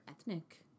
ethnic